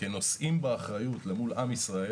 כנושאים באחריות למול עם ישראל